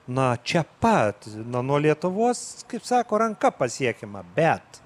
na čia pat na nuo lietuvos kaip sako ranka pasiekiama bet